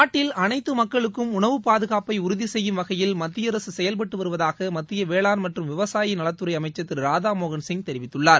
நாட்டில் அனைத்து மக்களுக்கும் உணவுப்பாதுகாப்பை உறுதிசெய்யும் வகையில் மத்தியஅரசு செயல்பட்டு வருவதாக மத்திய வேளாண்மற்றும் விவசாயநலத்துறை அமைச்சர் திரு ராதாமோகன்சிய் தெரிவித்துள்ளார்